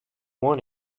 one